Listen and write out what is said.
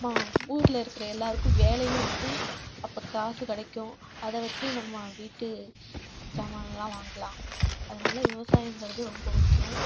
மா ஊரில் இருக்கிற எல்லோருக்கும் வேலையும் இருக்கும் அப்போ காசு கிடைக்கும் அதை வச்சு நம்ம வீட்டு ஜாமானெலாம் வாங்கலாம் அதனால் விவசாயங்கிறது ரொம்ப முக்கியம்